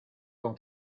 con